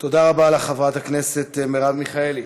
תודה רבה לחברת הכנסת מרב מיכאלי.